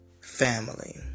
family